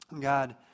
God